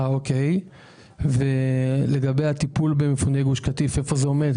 איפה עומד הטיפול במפוני גוש קטיף?